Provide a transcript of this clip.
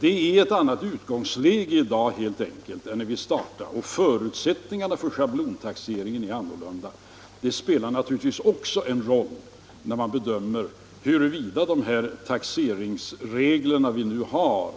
Det är helt enkelt ett annat utgångsläge i dag än när vi startade, och förutsättningarna för schablontaxeringen är annorlunda. Detta spelar naturligtvis också en roll när man bedömer huruvida de taxeringsregler vi nu har